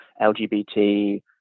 LGBT